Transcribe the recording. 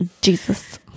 Jesus